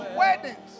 weddings